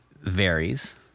varies